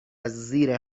زیر